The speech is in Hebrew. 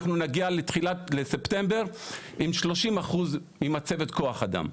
אנחנו נגיע לספטמבר עם 30% מצוות כוח האדם.